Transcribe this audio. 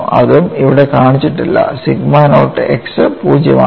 അതും ഇവിടെ കാണിച്ചിട്ടില്ല സിഗ്മ നോട്ട് x 0 ആണ്